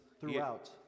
throughout